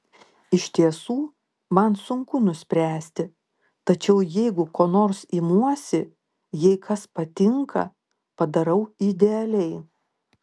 iš tiesų man sunku nuspręsti tačiau jeigu ko nors imuosi jei kas patinka padarau idealiai